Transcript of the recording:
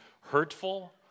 hurtful